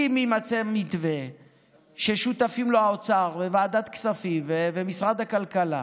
אם יימצא מתווה ששותפים לו האוצר וועדת הכספים ומשרד הכלכלה